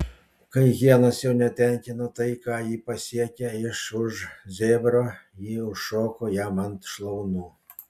kai hienos jau netenkino tai ką ji pasiekia iš už zebro ji užšoko jam ant šlaunų